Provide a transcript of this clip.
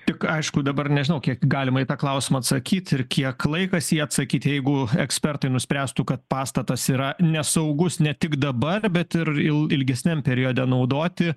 tik aišku dabar nežinau kiek galima į tą klausimą atsakyti ir kiek laikas jį atsakyti jeigu ekspertai nuspręstų kad pastatas yra nesaugus ne tik dabar bet ir il ilgesniam periode naudoti